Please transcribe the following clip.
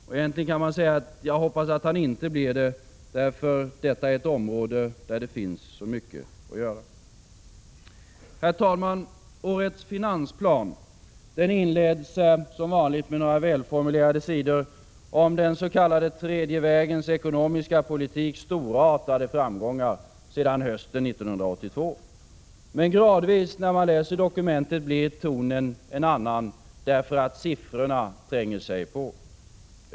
Egentligen hoppas jag att han inte blir det, eftersom detta är ett område där det finns så mycket att göra. Herr talman! Årets finansplan inleds som vanligt med några välformulerade sidor om dens.k. tredje vägens ekonomiska politiks storartade framgångar sedan hösten 1982. Men när man läser dokumentet, blir tonen gradvis en annan, därför att siffrorna tränger sig på.